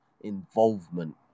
involvement